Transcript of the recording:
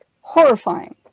horrifying